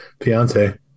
fiance